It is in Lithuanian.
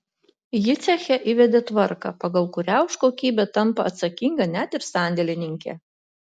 ji ceche įvedė tvarką pagal kurią už kokybę tampa atsakinga net ir sandėlininkė